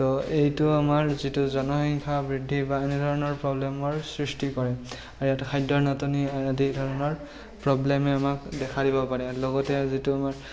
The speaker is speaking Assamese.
তো এইটো আমাৰ যিটো জনসংখ্যা বৃদ্ধি বা এনেধৰণৰ প্ৰব্লেমৰ সৃষ্টি কৰে আৰু ইয়াতে খাদ্যৰ নাটনি আদি কাৰণৰ প্ৰব্লেমে আমাক দেখা দিব পাৰে লগতে যিটো আমাৰ